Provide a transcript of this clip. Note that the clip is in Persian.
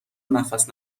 نفس